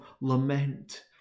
lament